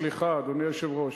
אדוני היושב-ראש,